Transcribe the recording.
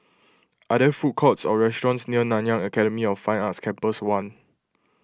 are there food courts or restaurants near Nanyang Academy of Fine Arts Campus one